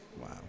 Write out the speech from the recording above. Wow